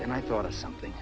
and i thought of something